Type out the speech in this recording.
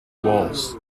walls